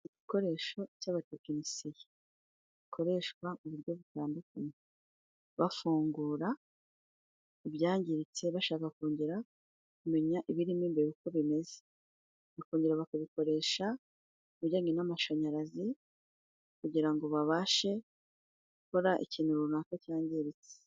Igikoresho cy'abatekinisiye bakoresha mu buryo butandukanye, bafungura ibyangiritse bashaka kongera kumenya ibirimo imbereba uko bimeze bakongera bakabikoresha bijyanye n'amashanyarazi kugirango ngo babashe gukora ikintu runaka cyangiritse.